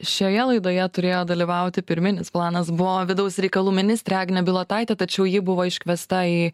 šioje laidoje turėjo dalyvauti pirminis planas buvo vidaus reikalų ministrė agnė bilotaitė tačiau ji buvo iškviesta į